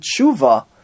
tshuva